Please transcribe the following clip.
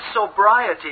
sobriety